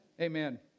Amen